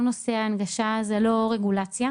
כל נושא ההנגשה זה לא רגולציה,